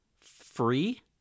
free